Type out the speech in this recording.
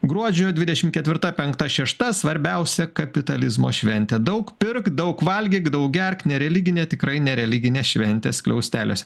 gruodžio dvidešim ketvirta penkta šešta svarbiausią kapitalizmo šventė daug pirk daug valgyk gerk nereliginė tikrai nereliginė šventė skliausteliuose